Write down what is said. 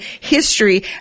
history